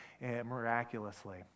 miraculously